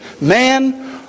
man